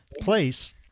place